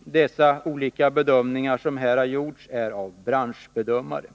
Detta är bedömningar som gjorts av olika branschbedömare.